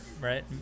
right